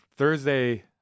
Thursday